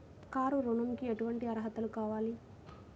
Car ఋణంకి ఎటువంటి అర్హతలు కావాలి?